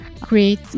create